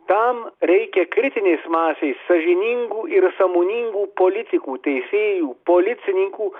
tam reikia kritinės masės sąžiningų ir sąmoningų politikų teisėjų policininkų